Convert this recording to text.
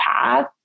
path